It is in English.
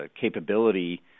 capability